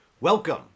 Welcome